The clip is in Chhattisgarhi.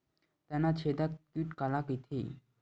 तनाछेदक कीट काला कइथे?